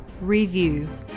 review